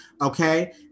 okay